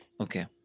Okay